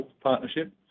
partnership